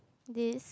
this